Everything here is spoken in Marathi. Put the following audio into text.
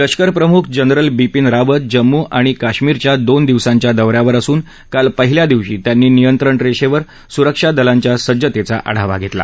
लष्करप्रमुख जनरल बिपिन रावत जम्मू आणि काश्मीरच्या दोन दिवसांच्या दौऱ्यावर असून काल पहिल्या दिवशी त्यांनी नियंत्रणरेषेवर सुरक्षा दलांच्या सज्जतेचा आढावा घेतला